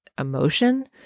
emotion